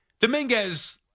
Dominguez